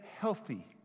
healthy